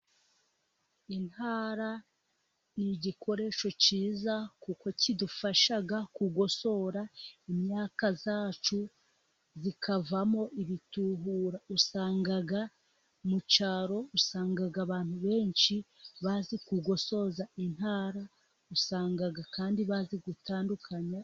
Intara ni igikoresho cyiza, kuko kidufasha, kugosora imyaka yacu, ikavamo ibitubura, usanga mucyaro abantu benshi bazi kugosoza intara, usanga kandi bazi gutandukanya.